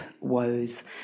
woes